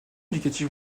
éducatif